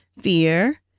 fear